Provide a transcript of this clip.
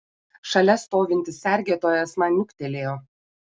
šalia stovintis sergėtojas man niuktelėjo